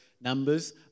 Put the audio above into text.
numbers